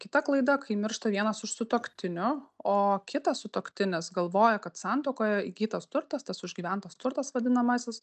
kita klaida kai miršta vienas iš sutuoktinių o kitas sutuoktinis galvoja kad santuokoje įgytas turtas tas užgyventas turtas vadinamasis